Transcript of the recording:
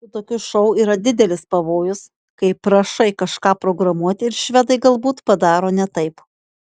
su tokiu šou yra didelis pavojus kai prašai kažką programuoti ir švedai galbūt padaro ne taip